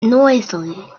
noisily